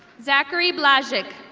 zachary blodgick.